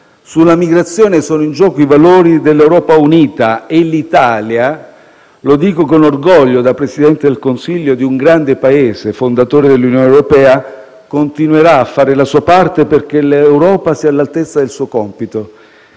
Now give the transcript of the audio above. Sulla migrazione sono in gioco i valori dell'Europa unita e l'Italia - lo dico con orgoglio, da Presidente del Consiglio di un grande Paese, fondatore dell'Unione europea - continuerà a fare la sua parte perché l'Europa sia all'altezza del suo compito.